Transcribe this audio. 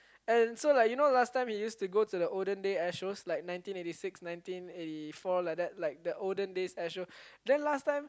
and so like you know last time he used to go to the olden day air shows like nineteen eighty six nineteen eighty four like that like the olden airshow